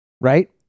right